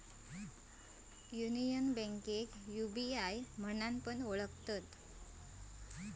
union बैंकेक UBI म्हणान पण ओळखतत